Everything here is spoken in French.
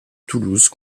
toulouse